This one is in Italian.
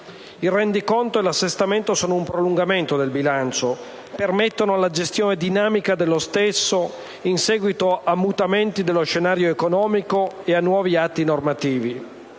Il rendiconto e l'assestamento sono un prolungamento del bilancio; permettono la gestione dinamica dello stesso in seguito a mutamenti dello scenario economico e di nuovi atti normativi.